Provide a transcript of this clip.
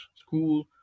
school